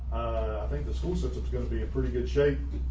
i think the school system's going to be in pretty good shape.